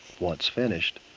once finished,